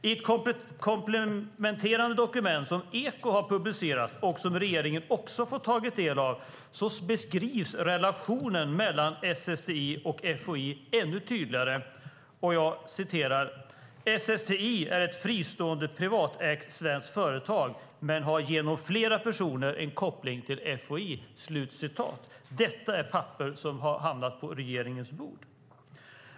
I ett kompletterande dokument som Ekot har publicerat och som regeringen också fått ta del av beskrivs relationen mellan SSTI och FOI ännu tydligare: SSTI är ett fristående privatägt svenskt företag men har genom flera personer en koppling till FOI. Detta är papper som har hamnat på regeringens bord.